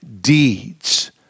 deeds